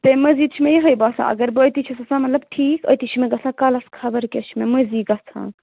تَمہِ مٔزیٖد چھُ مےٚ یِہَے باسان اگر بہٕ ٲتی چھَس آسان مطلب ٹھیٖک أتی چھِ مےٚ گژھان کَلَس خبر کیٛاہ چھُ مےٚ مٔنٛزی گژھان